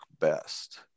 best